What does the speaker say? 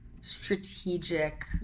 strategic